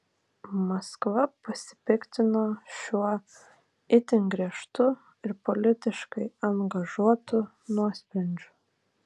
maskva pasipiktino šiuo itin griežtu ir politiškai angažuotu nuosprendžiu